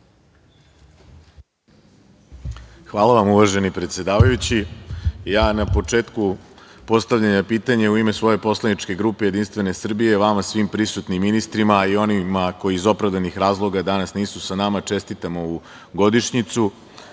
Hvala vam, uvaženi predsedavajući. Na početku postavljanja pitanja u ime svoje poslaničke grupe JS vama svim prisutnim ministrima, a i onima koji iz opravdanih razloga danas nisu sa nama čestitam ovu godišnjicu.